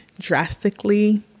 drastically